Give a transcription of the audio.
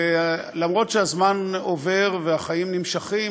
ואף-על-פי שהזמן עובר והחיים נמשכים,